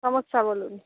সমস্যা বলুন